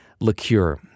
liqueur